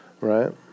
right